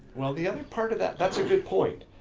well, the other part of that, that's a good point.